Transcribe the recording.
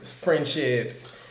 friendships